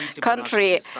country